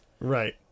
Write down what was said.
Right